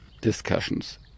discussions